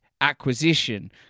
acquisition